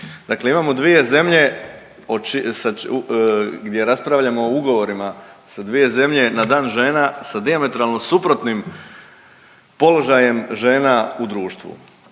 Dakle, imamo dvije zemlje gdje raspravljamo o ugovorima sa dvije zemlje na dan žena sa dijametralno suprotnim položajem žena u društvu.